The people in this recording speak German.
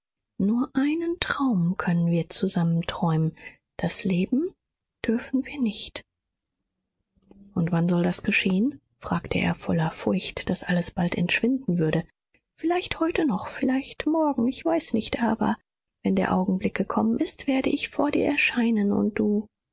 nur einen traum können wir zusammen träumen das leben dürfen wir nicht und wann soll das geschehen fragte er voller furcht daß alles bald entschwinden würde vielleicht heute noch vielleicht morgen ich weiß nicht aber wenn der augenblick gekommen ist werde ich vor dir erscheinen und du